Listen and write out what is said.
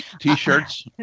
t-shirts